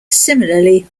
similarly